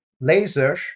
Laser